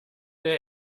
der